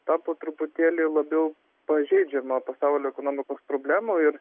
tapo truputėlį labiau pažeidžiama pasaulio ekonomikos problemų ir